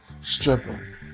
Stripper